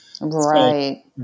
Right